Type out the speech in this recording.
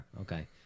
okay